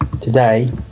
today